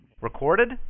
Recorded